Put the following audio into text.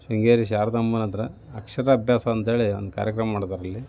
ಶೃಂಗೇರಿ ಶಾರದಮ್ಮನತ್ರ ಅಕ್ಷರಾಭ್ಯಾಸ ಅಂತ ಹೇಳಿ ಒಂದು ಕಾರ್ಯಕ್ರಮ ಮಾಡ್ತಾರಲ್ಲಿ